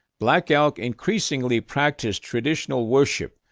black elk increasingly practiced traditional worship,